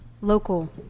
local